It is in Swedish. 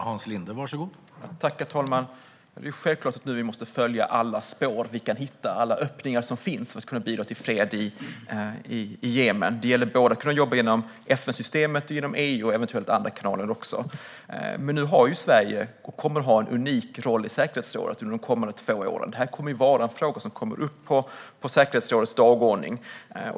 Herr talman! Självfallet måste vi följa alla spår och öppningar vi kan hitta för att bidra till fred i Jemen. Det gäller att kunna jobba inom både FN-systemet och EU och eventuellt också andra kanaler. Men nu kommer Sverige att ha en unik roll i säkerhetsrådet under de kommande två åren, och denna fråga kommer att hamna på säkerhetsrådets dagordning.